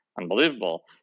unbelievable